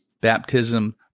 Baptism